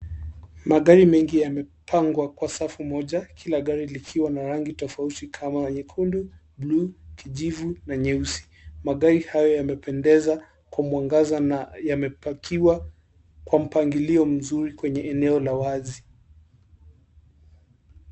Magari mengi yamepangwa kwa safu moja kila gari likiwa na rangi tofauti kama nyekundu, buluu, kijivu na nyeusi. Magari hayo yamependeza kwa mwangaza na yamepakiwa kwa mpangilio mzuri kwenye eneo la wazi.